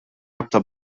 rabta